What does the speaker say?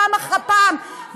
פעם אחר פעם,